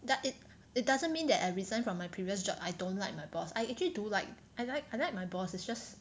but it it doesn't mean that I resigned from my previous job I don't like my boss I actually do like I like I like my boss is just